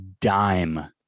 dime